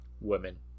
Women